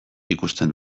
ikusten